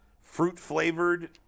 fruit-flavored